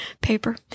paper